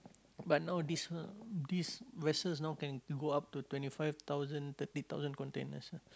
but now these uh these vessels now can go up to twenty five thousand thirty thousand containers ah